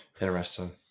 Interesting